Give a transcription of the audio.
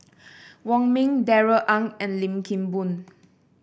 Wong Ming Darrell Ang and Lim Kim Boon